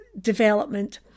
development